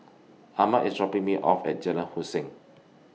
Arman IS dropping Me off At Jalan Hussein